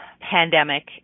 Pandemic